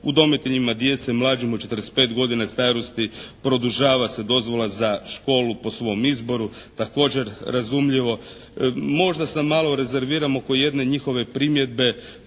Udomiteljima djece mlađim od 45 godina starosti produžava se dozvola za školu po svom izboru. Također razumljivo. Možda sam malo rezerviran oko jedne njihove primjedbe